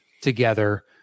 together